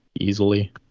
easily